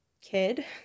kid